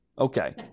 Okay